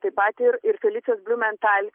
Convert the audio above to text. taip pat ir ir felicijos bliumental